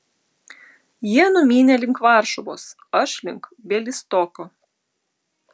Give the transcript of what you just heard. jie numynė link varšuvos aš link bialystoko